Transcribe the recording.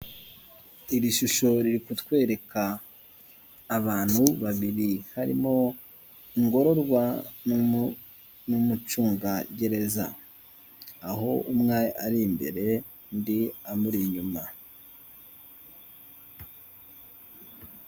Iri shusho riri kutwereka abantu babiri harimo ingororwa n'umucunga gereza aho umwe ari imbere undi amuri inyuma.